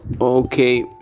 okay